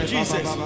Jesus